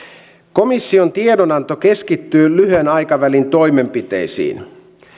komission tiedonanto keskittyy lyhyen aikavälin toimenpiteisiin